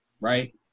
Right